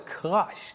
crushed